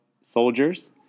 soldiers